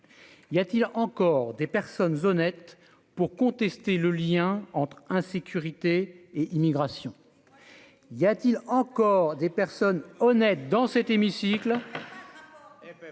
Y a-t-il encore des personnes honnêtes pour contester le lien entre insécurité et immigration, y a-t-il encore des personnes honnêtes dans cet hémicycle.